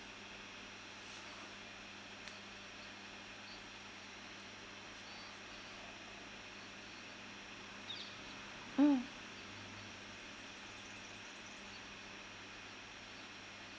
mm